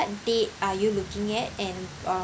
what date are you looking at and um